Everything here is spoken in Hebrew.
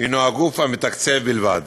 הוא הגוף המתקצב בלבד.